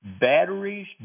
batteries